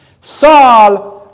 Saul